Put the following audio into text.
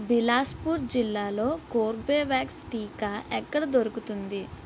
బిలాస్పూర్ జిల్లాలో కోర్బేవ్యాక్స్ టీకా ఎక్కడ దొరుకుతుంది